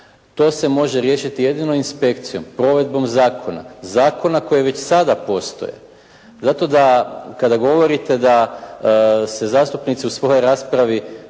To se može riješiti jedino inspekcijom, provedbom zakona, zakona koji već sada postoje zato da kada govorite da se zastupnici u svojoj raspravi,